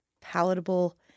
palatable